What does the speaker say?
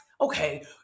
okay